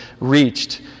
reached